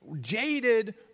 jaded